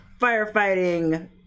firefighting